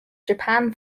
japan